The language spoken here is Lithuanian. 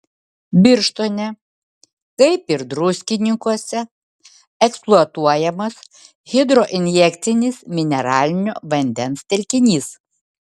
birštone kaip ir druskininkuose eksploatuojamas hidroinjekcinis mineralinio vandens telkinys